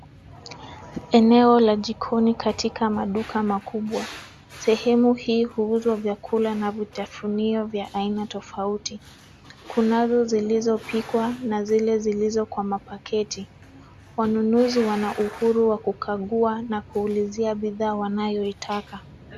Eneo la jikoni katika maduka makubwa. Sehemu hii huuzwa vyakula na vitafunio vya aina tofauti. Kunazo zilizopikwa na zile zilizo kwa mapaketi. Wanunuzi wana uhuru wa kukagua na kuulizia bidhaa wanayoitaka.